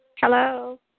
Hello